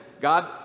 God